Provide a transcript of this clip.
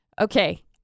okay